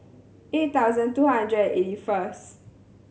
eight thousand two hundred and eighty first